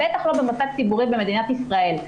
בטח לא במוסד ציבורי במדינת ישראל.